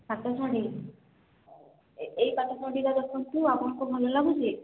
ପାଟଶାଢ଼ୀ ଏଇ ଏଇ ପାଟଶାଢ଼ୀଟା ଦେଖନ୍ତୁ ଆପଣଙ୍କୁ ଭଲ ଲାଗୁଛି